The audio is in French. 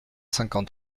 cinquante